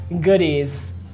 goodies